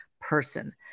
person